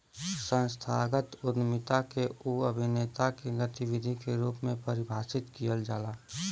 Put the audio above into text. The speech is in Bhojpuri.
संस्थागत उद्यमिता के उ अभिनेता के गतिविधि के रूप में परिभाषित किहल जाला